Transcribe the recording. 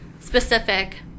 specific